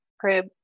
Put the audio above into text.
crib